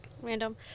random